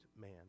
man